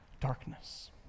darkness